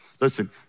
Listen